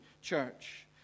church